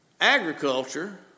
agriculture